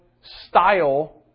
style